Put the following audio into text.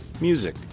music